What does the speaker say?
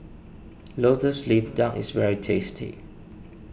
Lotus Leaf Duck is very tasty